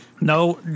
No